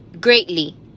greatly